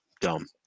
Dumb